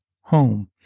home